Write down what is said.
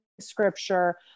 scripture